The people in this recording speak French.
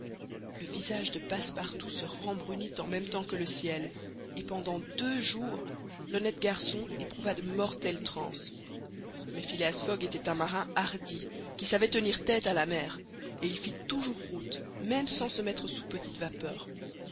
le visage de passepartout se rembrunit en même temps que le ciel et pendant deux jours l'honnête garçon éprouva de mortelles transes mais phileas fogg était un marin hardi qui savait tenir tête à la mer et il fit toujours route même sans se mettre sous petite vapeur